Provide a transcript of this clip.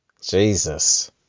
Jesus